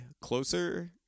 closer